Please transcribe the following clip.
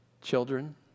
Children